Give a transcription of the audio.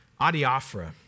adiaphora